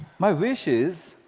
my wish is